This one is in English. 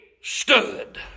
stood